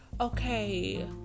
okay